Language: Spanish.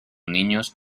niños